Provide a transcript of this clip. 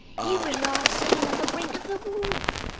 you was last seen on the brink of the wharf,